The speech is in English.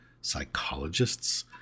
psychologists